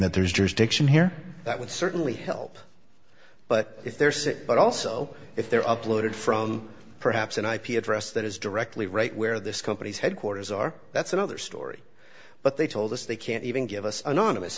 that there's jurisdiction here that would certainly help but if they're sick but also if they're uploaded from perhaps an ip address that is directly right where this company's headquarters are that's another story but they told us they can't even give us anonymous